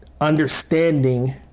understanding